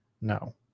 no